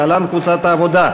להלן: קבוצת סיעת העבודה,